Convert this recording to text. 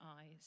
eyes